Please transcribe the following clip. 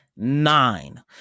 nine